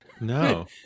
No